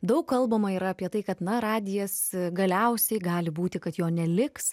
daug kalbama yra apie tai kad na radijas galiausiai gali būti kad jo neliks